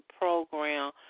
program